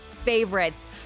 favorites